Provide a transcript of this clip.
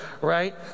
right